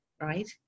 right